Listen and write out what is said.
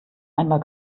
einmal